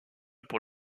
pour